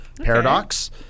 Paradox